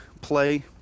play